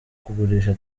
kugurisha